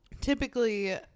typically